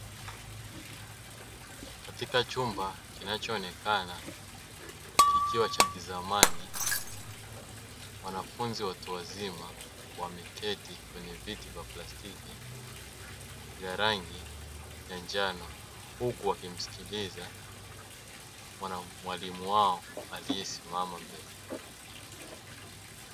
Katika chumba kinachoonekana kikiwa cha kizamani, mwanafunzi wa watu wazima wameketi kwenye viti vya plastiki vyenye rangi ya njano, huku wakimsikiliza mwalimu wao aliyesimama mbele yao.